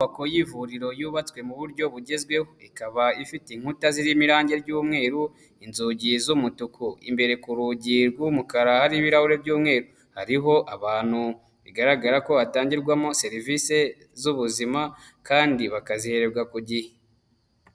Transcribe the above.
Inyubako y'ivuriro yubatswe mu buryo bugezweho. Ikaba ifite inkuta zirimo irangi ry'umweru, inzugi z'umutuku. Imbere ku rugi rw'umukara hariho ibirahure by'umweru. Hariho abantu. Bigaragara ko hatangirwamo serivisi z'ubuzima kandi bakazihererwa ku gihe.